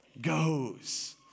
goes